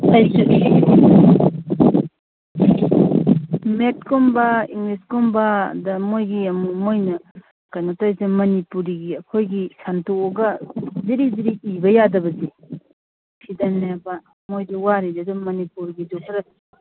ꯑꯩꯁꯨꯅꯤ ꯃꯦꯠꯀꯨꯝꯕ ꯏꯪꯂꯤꯁꯀꯨꯝꯕ ꯑꯗ ꯃꯣꯏꯒꯤ ꯑꯃꯨꯛ ꯃꯣꯏꯅ ꯀꯩꯅꯣ ꯇꯧꯏꯁꯦ ꯃꯅꯤꯄꯨꯔꯤꯒꯤ ꯑꯩꯈꯣꯏꯒꯤ ꯁꯟꯗꯣꯛꯑꯒ ꯖꯤꯔꯤ ꯖꯤꯔꯤ ꯏꯕ ꯌꯥꯗꯕꯁꯦ ꯁꯤꯗꯅꯦꯕ ꯃꯣꯏꯗ ꯋꯥꯔꯤꯁꯦ ꯑꯗꯨ ꯃꯅꯤꯄꯨꯔꯒꯤꯁꯨ ꯈꯔ